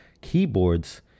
keyboards